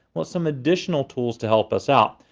well, some additional tools to help us out.